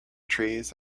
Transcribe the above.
trees